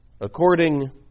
according